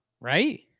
right